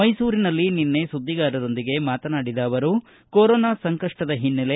ಮೈಸೂರಿನಲ್ಲಿ ನಿನ್ನೆ ಸುದ್ದಿಗಾರರೊಂದಿಗೆ ಮಾತನಾಡಿದ ಅವರು ಕೊರೊನಾ ಸಂಕಪ್ಪದ ಹಿನ್ನೆಲೆ